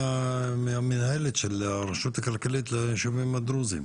מהמנהלת של הרשות הכללית של הישובים הדרוזים,